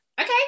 Okay